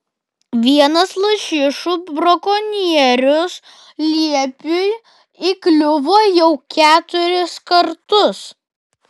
vienas lašišų brakonierius liepiui įkliuvo jau keturis kartus